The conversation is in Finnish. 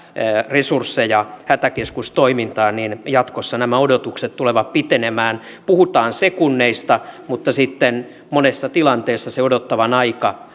resursseja hätäkeskustoimintaan niin jatkossa nämä odotukset tulevat pitenemään puhutaan sekunneista mutta sitten monessa tilanteessa se odottavan aika